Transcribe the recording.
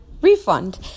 refund